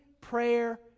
prayer